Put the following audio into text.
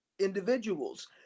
individuals